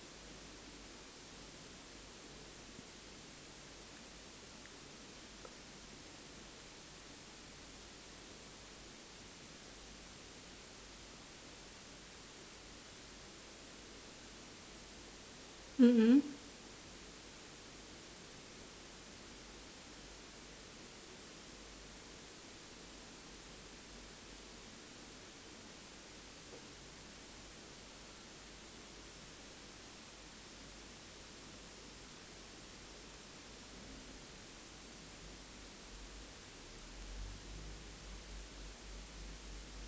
mm mm